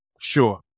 sure